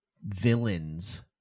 villains